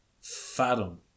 fathom